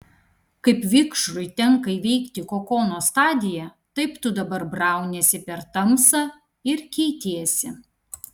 kaip vikšrui tenka įveikti kokono stadiją taip tu dabar brauniesi per tamsą ir keitiesi